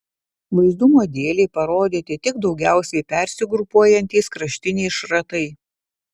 vaizdumo dėlei parodyti tik daugiausiai persigrupuojantys kraštiniai šratai